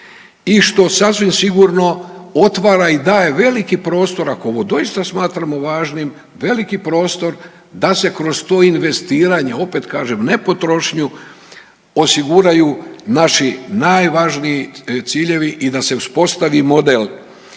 i što sasvim sigurno otvara i daje veliki prostor ako ovo doista smatramo važnim, veliki prostor da se kroz to investiranje opet kažem ne potrošnju osiguraju naši najvažniji ciljevi i da se uspostavi model